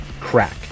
crack